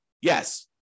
Yes